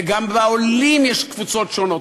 וגם בעולים יש קבוצות שונות.